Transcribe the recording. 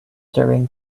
during